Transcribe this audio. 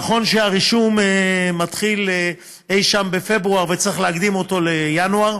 נכון שהרישום מתחיל אי-שם בפברואר וצריך להקדים אותו לינואר.